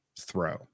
throw